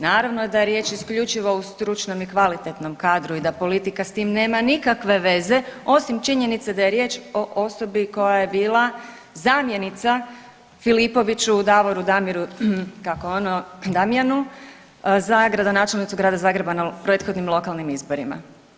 Naravno da je riječ isključivo o stručnom i kvalitetnom kadru i da politika s tim nema nikakve veze osim činjenice da je riječ o osobi koja je bila zamjenica Filipoviću Davoru Damiru tako ono Damjanu za gradonačelnicu Grada Zagreba na prethodnim lokalnim izborima.